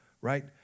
right